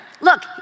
Look